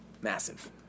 massive